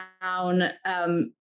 down